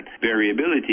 variability